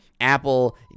Apple